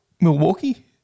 Milwaukee